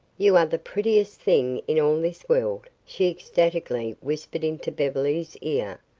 you are the prettiest thing in all this world, she ecstatically whispered into beverly's ear.